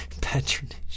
Patronage